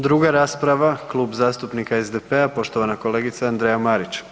Druga rasprava Klub zastupnika SDP-a poštovana kolegica Andraja Marić.